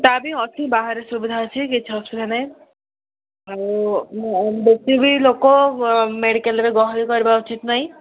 ତା ବି ଅଛି ବାହାରେ ସୁବିଧା ଅଛି କିଛି ଅସୁବିଧା ନାହିଁ ଆଉ ମୋ ବେଶୀ ବି ଲୋକ ମେଡ଼ିକାଲ୍ରେ ଗହଳି କରିବା ଉଚିତ ନାହିଁ